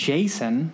Jason